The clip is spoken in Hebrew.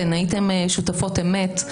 הייתן שותפות אמת.